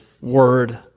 word